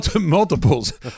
Multiples